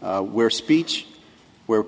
where speech where